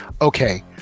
okay